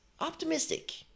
optimistic